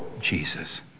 Jesus